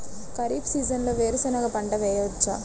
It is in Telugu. ఖరీఫ్ సీజన్లో వేరు శెనగ పంట వేయచ్చా?